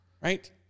right